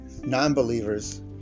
non-believers